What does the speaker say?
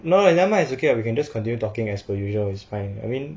no ah nevermind it's okay ah we can just continue talking as per usual it's fine I mean